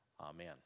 Amen